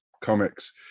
comics